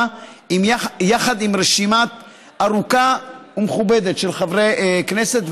יחד עם רשימה ארוכה ומכובדת של חברי כנסת,